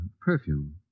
perfume